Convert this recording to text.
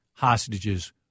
hostages